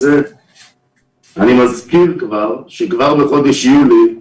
אני מזכיר שכבר בחודש יולי,